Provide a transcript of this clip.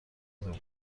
بود